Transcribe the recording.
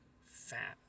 fat